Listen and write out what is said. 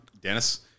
Dennis